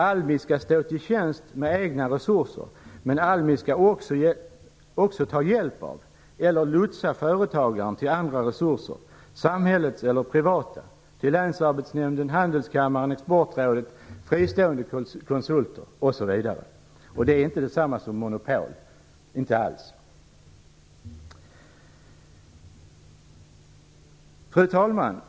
Almi skall stå till tjänst med egna resurser, men Almi skall också ta hjälp av eller lotsa företagaren till andra resurser - samhällets eller privata - såsom länsarbetsnämnden, Handelskammaren, Exportrådet, fristående konsulter osv. Detta är inte alls detsamma som monopol. Fru talman!